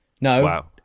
No